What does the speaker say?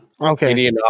Okay